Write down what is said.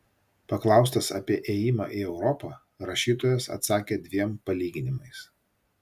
paklaustas apie ėjimą į europą rašytojas atsakė dviem palyginimais